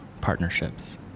partnerships